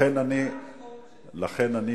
מכיוון שישבתי פעם בספסלים האלה,